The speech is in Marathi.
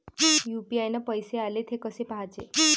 यू.पी.आय न पैसे आले, थे कसे पाहाचे?